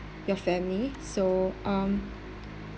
your family so um